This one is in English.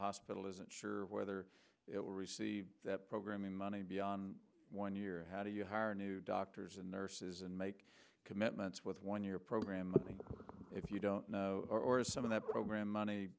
hospital isn't sure whether it will receive that program in money beyond one year how do you hire new doctors and nurses and make commitments with one year program if you don't know some of that program money